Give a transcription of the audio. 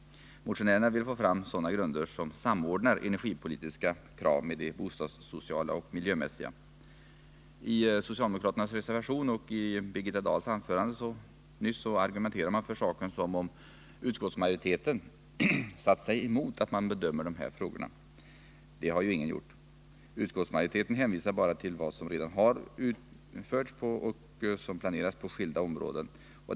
Motionärerna vill på detta område få till stånd grunder där energipolitiska krav samordnas med de bostadssociala och miljömässiga. Av argumentationen i socialdemokraternas reservation och av Birgitta Dahls anförande nyss förefaller det som om utskottsmajoriteten satt sig mot att man bedömer de här frågorna. Det har ju ingen gjort. Utskottsmajoriteten hänvisar bara till vad som redan har anförts och vad som planeras på skilda områden.